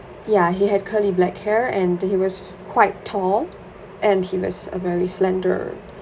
ya he had curly black hair and the he was quite tall and he was a very slender